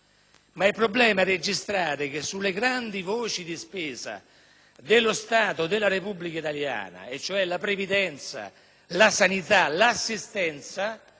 il problema - ma registrare che sulle grandi voci di spesa dello Stato e della Repubblica italiana (la previdenza, la sanità e l'assistenza)